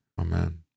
Amen